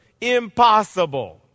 Impossible